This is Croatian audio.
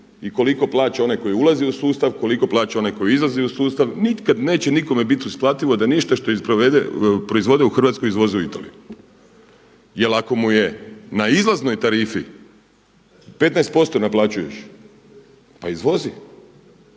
i koliko plaća onaj koji ulazi u sustav, koliko plaća onaj koji izlazi u sustav nikad neće nikome bit isplativo da ništa što proizvode u Hrvatskoj izvoze u Italiju. Jer ako mu je na izlaznoj tarifi 15% naplaćuješ pa izvozi.